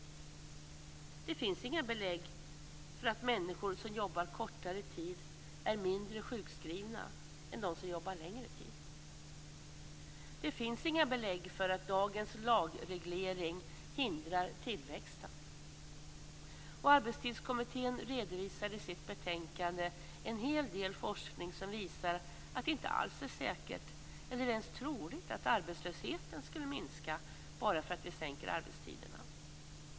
Det finns inga belägg för att människor som jobbar kortare tid är mindre sjukskrivna än de som jobbar längre tid. Det finns inga belägg för att dagens lagreglering hindrar tillväxten. Arbetstidskommittén redovisar i sitt betänkande en hel del forskning som visar att det inte alls är säkert eller ens troligt att arbetslösheten skulle minska bara därför att vi förkortar arbetstiderna.